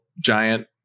giant